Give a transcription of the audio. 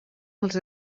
els